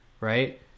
Right